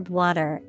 water